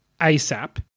ASAP